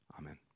Amen